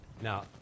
Now